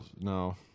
no